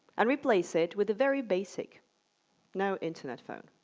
and replace it with a very basic no internet phone.